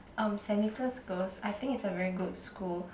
um Saint-Nicholas girls I think it's a very good school